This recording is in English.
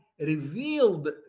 revealed